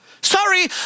Sorry